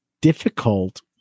difficult